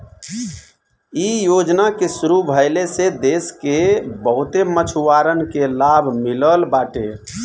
इ योजना के शुरू भइले से देस के बहुते मछुआरन के लाभ मिलल बाटे